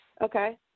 Okay